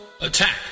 Attack